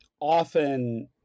Often